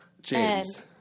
James